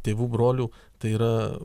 tėvų brolių tai yra